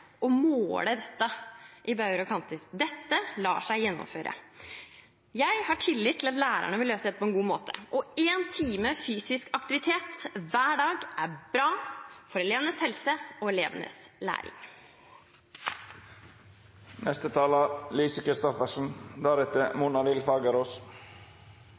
og måle dette på alle bauger og kanter. Dette lar seg gjennomføre. Jeg har tillit til at lærerne vil løse dette på en god måte, og én time fysisk aktivitet hver dag er bra for elevenes helse og for elevenes